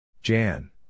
Jan